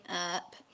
up